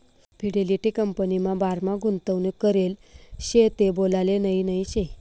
Fidelity कंपनीमा बारामा गुंतवणूक करेल शे ते बोलाले नही नही शे